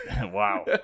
Wow